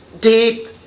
deep